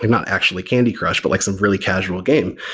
not actually candy crush, but like some really casual game,